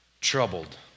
Troubled